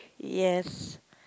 yes